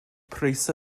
pris